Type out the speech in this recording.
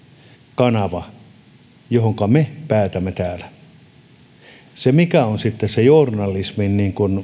kanava josta me päätämme täällä sen suhteen mikä on se journalismin